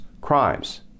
crimes